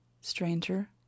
Stranger